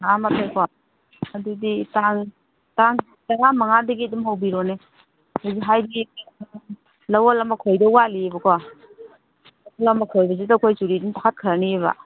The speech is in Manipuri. ꯇꯔꯥ ꯃꯥꯊꯣꯏꯀꯣ ꯑꯗꯨꯗꯤ ꯇꯥꯡ ꯇꯔꯥ ꯃꯉꯥꯗꯒꯤ ꯑꯗꯨꯝ ꯍꯧꯕꯤꯔꯣꯅꯦ ꯑꯗꯨꯗꯤ ꯍꯥꯏꯕꯗꯤ ꯂꯧꯋꯣꯜ ꯑꯃ ꯈꯣꯏꯒꯗꯕ ꯋꯥꯠꯂꯤꯌꯦꯕꯀꯣ ꯂꯧꯋꯣꯜ ꯑꯃ ꯈꯣꯏꯕꯁꯤꯗ ꯑꯩꯈꯣꯏ ꯆꯨꯔꯤ ꯑꯗꯨꯝ ꯐꯥꯠꯈ꯭ꯔꯅꯦꯕ